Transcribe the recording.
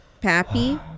Pappy